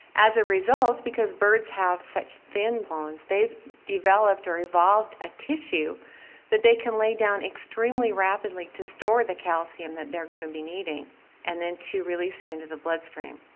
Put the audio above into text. as a result because birds have such thin bones they've developed or evolved a tissue that they can lay down extremely rapidly to store the calcium that they're going to be needing and then to release it into the bloodstream.